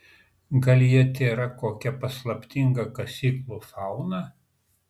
gal jie tėra kokia paslaptinga kasyklų fauna